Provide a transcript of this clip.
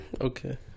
Okay